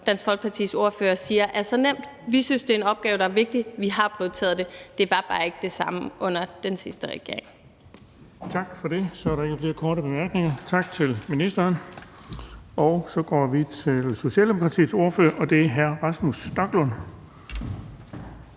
Dansk Folkepartis ordfører siger er så nemme at finde? Vi synes, det er en opgave, der er vigtig, og vi har prioriteret det – det var ikke tilfældet under den sidste regering. Kl. 13:01 Den fg. formand (Erling Bonnesen): Tak for det. Så er der ikke flere korte bemærkninger. Tak til ministeren. Så går vi til Socialdemokratiets ordfører, og det er hr. Rasmus Stoklund.